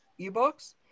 eBooks